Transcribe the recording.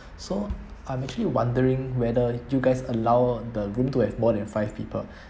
so I'm actually wondering whether you guys allow the room to have more than five people